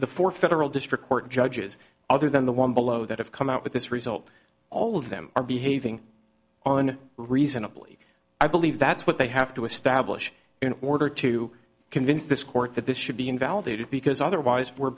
the four federal district court judges other than the one below that have come out with this result all of them are behaving on reasonably i believe that's what they have to establish in order to convince this court that this should be invalidated because otherwise we're